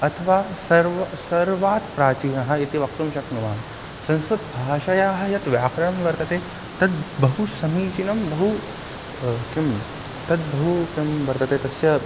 अथवा सर्वं सर्वात् प्राचीना इति वक्तुं शक्नुमः संस्कृतभाषायाः यत् व्याकरणं वर्तते तद् बहु समीचीनं बहु किं तद् बहु किं वर्तते तस्य